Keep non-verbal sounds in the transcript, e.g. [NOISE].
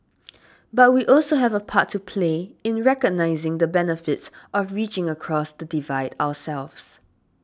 [NOISE] but we also have a part to play in recognising the benefits of reaching across the divide ourselves